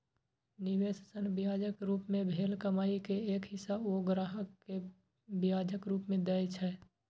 निवेश सं ब्याजक रूप मे भेल कमाइ के एक हिस्सा ओ ग्राहक कें ब्याजक रूप मे दए छै